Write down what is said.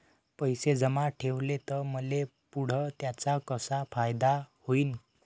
पैसे जमा ठेवले त मले पुढं त्याचा कसा फायदा होईन?